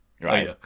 right